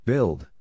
Build